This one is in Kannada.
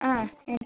ಆಂ ಹ್ಞೂ